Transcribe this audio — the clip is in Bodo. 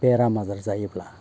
बेराम आजार जायोब्ला